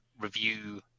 review